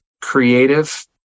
creative